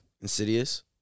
Insidious